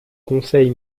conseil